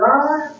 God